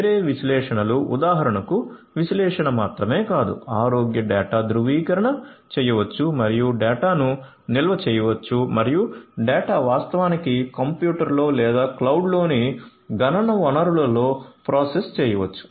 వేరే విశ్లేషణలు ఉదాహరణకు విశ్లేషణ మాత్రమే కాదు ఆరోగ్య డేటా ధృవీకరణ చేయవచ్చు మరియు డేటాను నిల్వ చేయవచ్చు మరియు డేటా వాస్తవానికి కంప్యూటర్లో లేదా క్లౌడ్లోని గణన వనరులో కూడా ప్రాసెస్ చేయవచ్చు